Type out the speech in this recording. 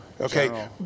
okay